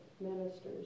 ministers